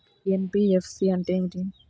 NBFC అంటే ఏమిటి?